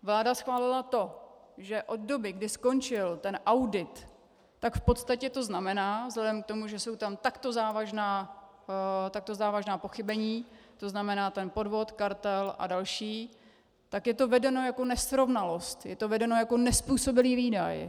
Vláda schválila to, že od doby, kdy skončil audit, tak v podstatě to znamená vzhledem k tomu, že jsou tam takto závažná pochybení, tzn. ten podvod, kartel a další, je to vedeno jako nesrovnalost, je to vedeno jako nezpůsobilý výdaj.